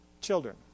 children